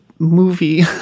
movie